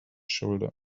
shoulder